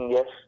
Yes